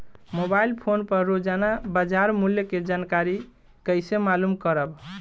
Mobile phone पर रोजाना बाजार मूल्य के जानकारी कइसे मालूम करब?